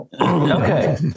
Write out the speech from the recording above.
okay